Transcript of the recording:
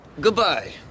goodbye